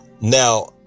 Now